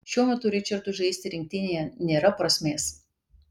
šiuo metu ričardui žaisti rinktinėje nėra prasmės